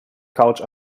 couch